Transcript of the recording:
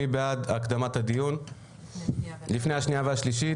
מי בעד הקדמת הדיון לפני הקריאה השנייה והשלישית?